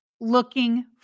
looking